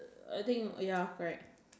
uh I think ya correct